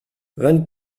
vingt